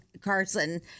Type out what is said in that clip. Carson